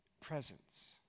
Presence